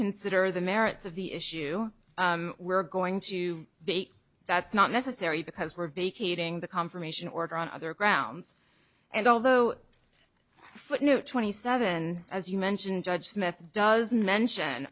consider the merits of the issue we're going to bait that's not necessary because we're vacating the confirmation order on other grounds and although footnote twenty seven as you mentioned judge smith does mention